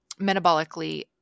metabolically